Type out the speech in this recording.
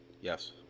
Yes